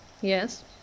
Yes